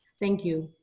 thank you.